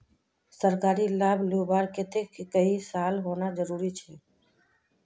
सरकारी लाभ लुबार केते कई साल होना जरूरी छे?